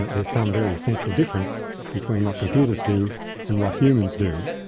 that there's some very essential difference between what computers do and what humans do.